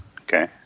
Okay